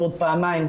ועוד פעמיים,